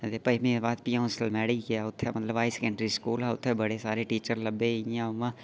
पंजमीं दे बाद फ्ही अ'ऊं सलमैड़ी गेआ उत्थै मतलब हाई सकैंडरी स्कूल हा उत्थै सारे टीचर लब्भे इ'यां